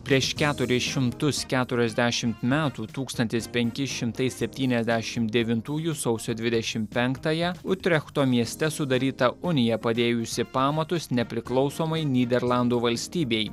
prieš keturis šimtus keturiasdešim metų tūkstantis penki šimtai septyniasdešim devintųjų sausio dvidešim penktąją utrechto mieste sudaryta unija padėjusi pamatus nepriklausomai nyderlandų valstybei